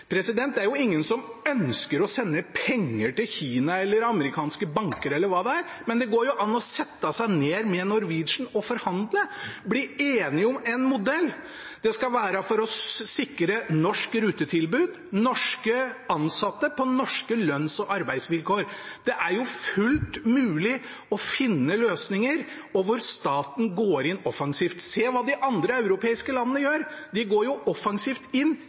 Det er jo ingen som ønsker å sende penger til Kina eller amerikanske banker, eller hva det er, men det går jo an å sette seg ned med Norwegian og forhandle, bli enige om en modell. Det skal være for å sikre et norsk rutetilbud og norske ansatte på norske lønns- og arbeidsvilkår. Det er jo fullt mulig å finne løsninger der staten går inn offensivt. Se hva de andre europeiske landene gjør. De går offensivt inn